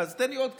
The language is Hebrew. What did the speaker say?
אז תן לי עוד קצת.